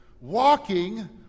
Walking